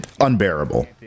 unbearable